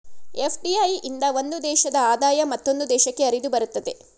FDI ಇಂದ ಒಂದು ದೇಶದ ಆದಾಯ ಮತ್ತೊಂದು ದೇಶಕ್ಕೆ ಹರಿದುಬರುತ್ತದೆ